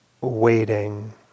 waiting